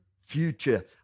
future